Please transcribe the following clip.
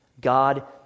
God